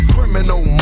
Criminal